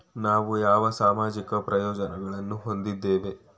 ನಾವು ಯಾವ ಸಾಮಾಜಿಕ ಪ್ರಯೋಜನಗಳನ್ನು ಹೊಂದಿದ್ದೇವೆ?